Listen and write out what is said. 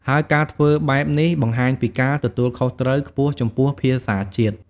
ហើយការធ្វើបែបនេះបង្ហាញពីការទទួលខុសត្រូវខ្ពស់ចំពោះភាសាជាតិ។